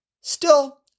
Still